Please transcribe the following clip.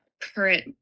current